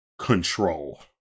control